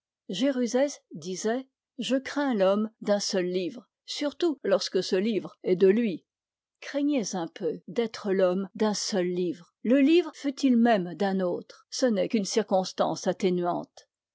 géruzez disait je crains l'homme d'un seul livre surtout lorsque ce livre est de lui craignez un peu d'être l'homme d'un seul livre le livre fût-il même d'un autre ce n'est qu'une circonstance atténuante